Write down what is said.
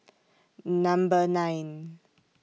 Number nine